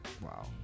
Wow